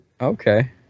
Okay